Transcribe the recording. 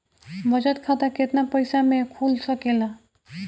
बचत खाता केतना पइसा मे खुल सकेला?